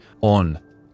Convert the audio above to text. on